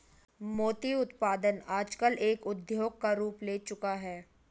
मोती उत्पादन आजकल एक उद्योग का रूप ले चूका है